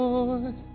Lord